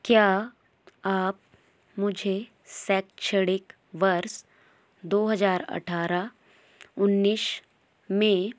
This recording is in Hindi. क्या आप मुझे शैक्षणिक वर्ष दो हज़ार अट्ठारह उन्नीस में